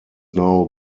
now